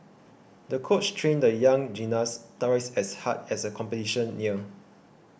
the coach trained the young gymnast twice as hard as the competition neared